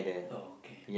oh okay